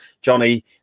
Johnny